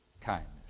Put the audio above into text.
kindness